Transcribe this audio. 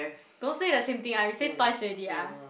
don't say the same thing ah you say twice already ah